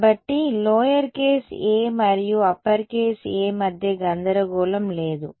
కాబట్టి lower case a మరియు upper case a మధ్య గందరగోళం లేదు